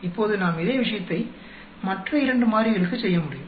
இப்போது நாம் இதே விஷயத்தை மற்ற இரண்டு மாறிகளுக்குச் செய்ய முடியும்